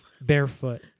Barefoot